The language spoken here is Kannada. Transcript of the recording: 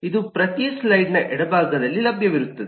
ಇದು ಪ್ರತಿ ಸ್ಲೈಡ್ನ ಎಡಭಾಗದಲ್ಲಿ ಲಭ್ಯವಿರುತ್ತದೆ